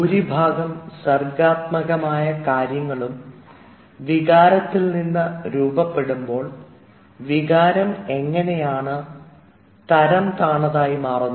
ഭൂരിഭാഗം സർഗ്ഗാത്മകമായ കാര്യങ്ങളും വികാരത്തിൽ നിന്ന് രൂപപ്പെടുമ്പോൾ വികാരം എങ്ങനെയാണു തരംതാണതായി മാറുന്നത്